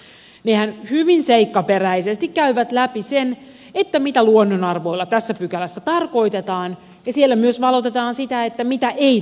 nehän hyvin seikkaperäisesti käyvät läpi sen mitä luonnonarvoilla tässä pykälässä tarkoitetaan ja siellä valotetaan myös sitä mitä ei tarkoiteta